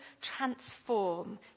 Transform